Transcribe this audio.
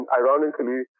ironically